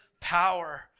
power